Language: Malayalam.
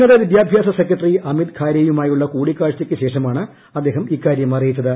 ഉന്നതവിദ്യാഭ്യാസ സെക്രട്ടറി അമിത്ഖാരേയുമായുള്ള കൂടിക്കാഴ്ചയ്ക്ക് ശേഷമാണ് അദ്ദേഹം ഇക്കാര്യം അറിയിച്ചത്